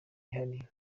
yihariye